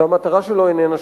שהמטרה שלו איננה שקיפות.